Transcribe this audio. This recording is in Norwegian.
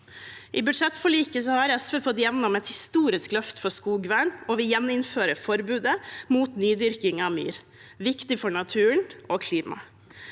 I budsjettforliket har SV fått gjennom et historisk løft for skogvern, og vi gjeninnfører forbudet mot nydyrking av myr. Det er viktig for naturen og klimaet.